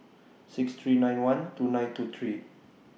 six three nine one two nine two three